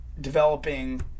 developing